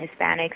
Hispanics